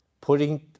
putting